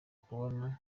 kubona